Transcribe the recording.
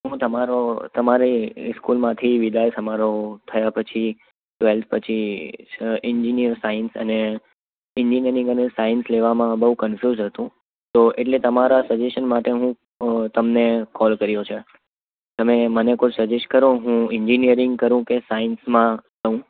હું તમારો તમારી સ્કૂલમાંથી વિદાય સમારોહ થયા પછી ટવેલ્થ પછી એન્જીનિયર સાઈન્સ અને એન્જીનિયરીંગ અને સાઈન્સ લેવામાં બહુ કંફ્યૂઝ હતો તો એટલે તમારા સજેશન માટે હું તમને કૉલ કર્યો છે તમે મને કોઈ સજેસ્ટ કરો હું એન્જીનિયરીંગ કરું કે સાઈન્સમાં લઉં